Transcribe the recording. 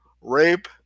rape